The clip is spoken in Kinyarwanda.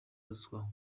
ruswa